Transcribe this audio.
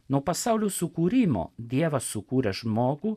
nuo pasaulio sukūrimo dievas sukūrė žmogų